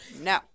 no